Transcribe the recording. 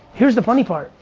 here's the funny part,